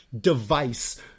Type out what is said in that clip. device